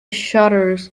shutters